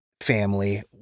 family